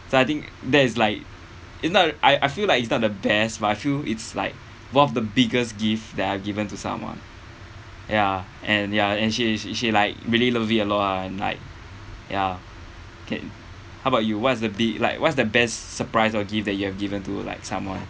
so I think that is like it's not I I feel like it's not the best but I feel it's like one of the biggest gift that I've given to someone ya and ya and she she she like really love a lot ah and like ya okay how about you what's the bi~ like what's the best surprise or gift that you have given to like someone